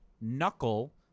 knuckle